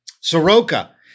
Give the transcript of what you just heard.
Soroka